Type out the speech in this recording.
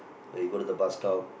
where you go to the bus stop